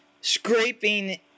scraping